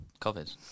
COVID